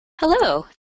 Hello